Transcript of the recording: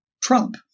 Trump